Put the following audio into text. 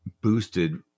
boosted